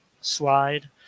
slide